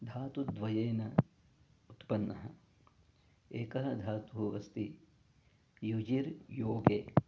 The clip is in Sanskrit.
धातुद्वयेन उत्पन्नः एकः धातुः अस्ति युजिर् योगे